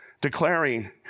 declaring